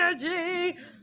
energy